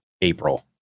April